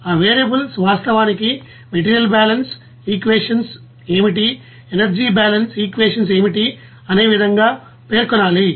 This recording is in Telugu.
ఆ వేరియబుల్స్ వాస్తవానికి మెటీరియల్ బాలన్స్ ఈక్వేషన్స్ ఏమిటిఎనర్జీ బాలన్స్ ఈక్వేషన్స్ ఏమిటి అనే విధంగా పేర్కొనాలి